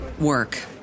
work